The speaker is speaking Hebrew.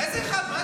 איזה אחד?